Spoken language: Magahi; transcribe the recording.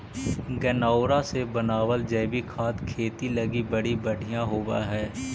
गनऔरा से बनाबल जैविक खाद खेती लागी बड़ी बढ़ियाँ होब हई